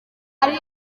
ari